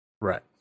right